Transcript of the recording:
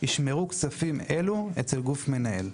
ישמרו כספים אלו אצל גוף מנהל.